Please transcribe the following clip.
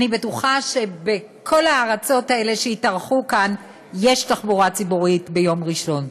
אני בטוחה שבכל הארצות האלה שהתארחו כאן יש תחבורה ציבורית ביום ראשון,